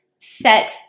set